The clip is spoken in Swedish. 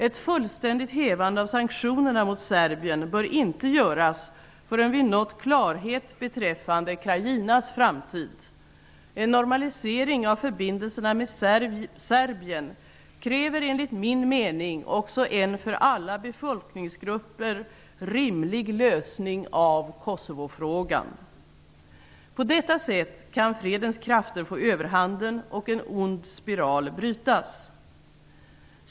Ett fullständigt hävande av sanktionerna mot Serbien bör inte göras förrän vi nått klarhet beträffande Krajinas framtid. En normalisering av förbindelserna med Serbien kräver enligt min mening också en för alla befolkningsgrupper rimlig lösning av På detta sätt kan fredens krafter få överhanden och en ond spiral brytas.